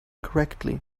correctly